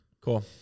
Cool